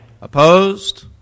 Opposed